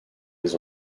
les